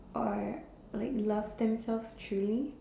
or like love themselves truly